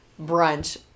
brunch